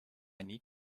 need